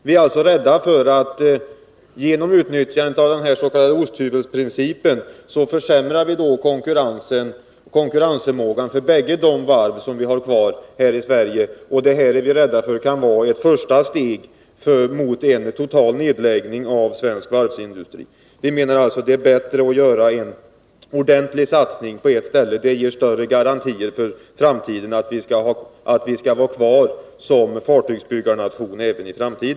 Vi är rädda för att man genom tillämpande av osthyvelsprincipen försämrar konkurrensförmågan hos bägge de varv som finns kvar i Sverige. Vi fruktar att detta kan vara ett första steg mot en total nedläggning av svensk varvsindustri. Det är enligt vår mening bättre att göra en ordentlig satsning på ett ställe — det ger större garantier för att Sverige i framtiden skall vara kvar som fartygsbyggarnation.